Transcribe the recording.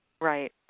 Right